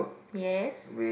yes